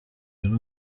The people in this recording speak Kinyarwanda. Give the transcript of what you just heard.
yari